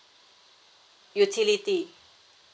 utility